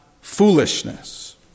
foolishness